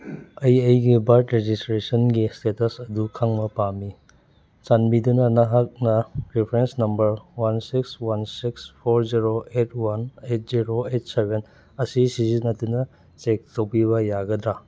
ꯑꯩ ꯑꯩꯒꯤ ꯕꯔꯠ ꯔꯦꯖꯤꯁꯇ꯭ꯔꯦꯁꯟꯒꯤ ꯏꯁꯇꯦꯇꯁ ꯑꯗꯨ ꯈꯪꯕ ꯄꯥꯝꯃꯤ ꯆꯥꯟꯕꯤꯗꯨꯅ ꯅꯍꯥꯛꯅ reference number one six one six four zero eight one eight zero eight seven ꯑꯁꯤ ꯁꯤꯖꯤꯟꯅꯗꯨꯅ ꯆꯦꯛ ꯇꯧꯕꯤꯕ ꯌꯥꯒꯗ꯭ꯔꯥ